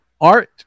art